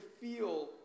feel